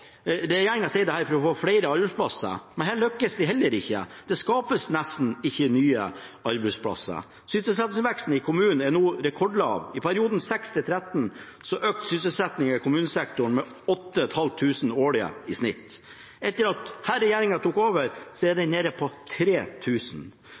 sier det er for å få flere arbeidsplasser. Men her lykkes de heller ikke. Det skapes nesten ikke nye arbeidsplasser. Sysselsettingsveksten i kommunene er nå rekordlav. I perioden 2006–2013 økte sysselsettingen i kommunesektoren med 8 500 årlig i snitt. Etter at denne regjeringen tok over, er den nede på 3 000. Det betyr at det er